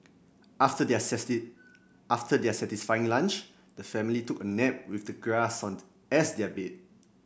after their after their satisfying lunch the family took a nap with the grass on the as their bed